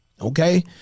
Okay